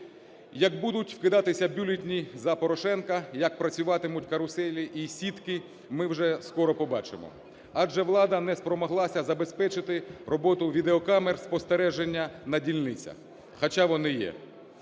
Як будуть вкидатися бюлетені за Порошенка, як працюватимуть "каруселі" і "сітки", ми вже скоро побачимо. Адже влада не спромоглася забезпечити роботу відеокамер спостереження на дільницях, хоча вони є.